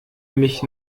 mich